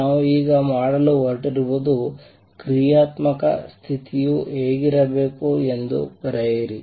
ನಾವು ಈಗ ಮಾಡಲು ಹೊರಟಿರುವುದು ಕ್ರಿಯಾತ್ಮಕ ಸ್ಥಿತಿಯು ಹೇಗಿರಬೇಕು ಎಂದು ಬರೆಯಿರಿ